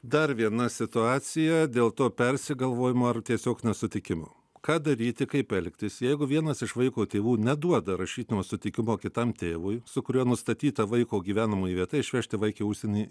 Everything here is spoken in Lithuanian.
dar viena situacija dėl to persigalvojimo ar tiesiog nesutikimo ką daryti kaip elgtis jeigu vienas iš vaiko tėvų neduoda rašytinio sutikimo kitam tėvui su kuriuo nustatyta vaiko gyvenamoji vieta išvežti vaikę užsienį